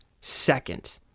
second